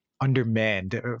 undermanned